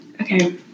Okay